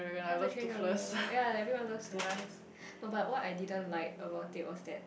How to Train Your Dragon ya everyone loves the first no but what I didn't like about it was that